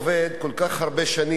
שעובד כל כך הרבה שנים